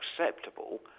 acceptable